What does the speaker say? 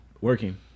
working